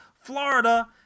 Florida